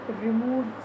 remove